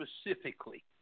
specifically